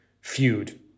feud